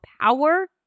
power